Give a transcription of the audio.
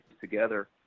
together